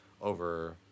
over